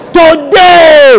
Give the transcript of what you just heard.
today